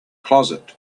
closet